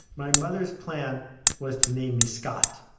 my mother's plan was to name me scott.